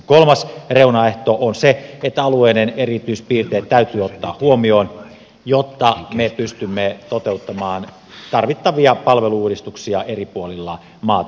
kolmas reunaehto on se että alueiden erityispiirteet täytyy ottaa huomioon jotta me pystymme toteuttamaan tarvittavia palvelu uudistuksia eri puolilla maata